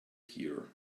hear